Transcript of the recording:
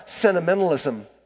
sentimentalism